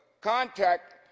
contact